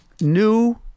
new